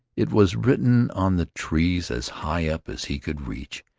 it was written on the trees as high up as he could reach,